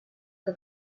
que